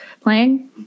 playing